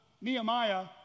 Nehemiah